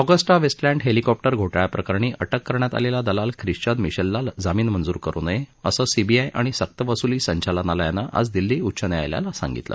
Agusta Westland helicopter घोटाळ्याप्रकरणी अटक करण्यात आलेला दलाल ख्रिश्चन मिशेलला जामीन मंजूर करु नये असं सीबीआय आणि सक्तवसुली संचालनालयानं आज दिल्ली उच्च न्यायालयाला सांगितलं